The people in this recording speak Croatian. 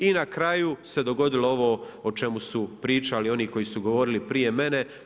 I na kraju se dogodilo ovo o čemu su pričali oni koji su govorili prije mene.